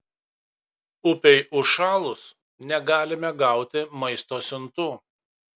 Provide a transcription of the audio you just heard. upei užšalus negalime gauti maisto siuntų